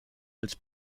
als